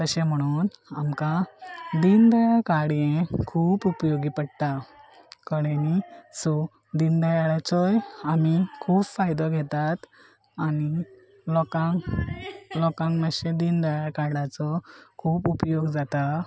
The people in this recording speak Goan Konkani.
तशें म्हणून आमकां दिनदयाळ कार्डय खूब उपयोगी पडटा कळ्ळें न्ही सो दीन दयाळचोय आमी खूब फायदो घेतात आनी लोकांक लोकांक मातशें दिन दयीळ कार्डाचो खूब उपयोग जाता